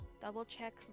double-check